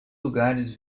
lugares